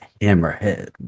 Hammerhead